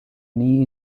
knee